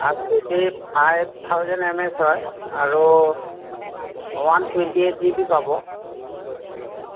আ পতি five thousand M S হয় আৰু one twenty eight G B পাব